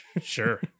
Sure